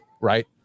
Right